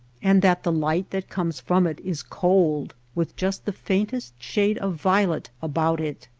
and that the light that comes from it is cold with just the faintest shade of violet about it?